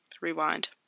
Rewind